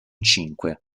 cinque